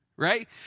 Right